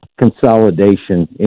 consolidation